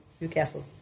Newcastle